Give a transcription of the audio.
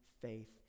faith